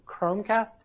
Chromecast